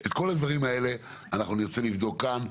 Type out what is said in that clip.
את כל הדברים האלה נרצה לבדוק כאן,